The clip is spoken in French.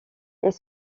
les